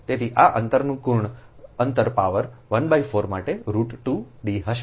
તેથી આ અંતરનું કર્ણ અંતર પાવર 14 માટે રુટ 2 D હશે